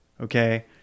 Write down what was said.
okay